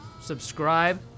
subscribe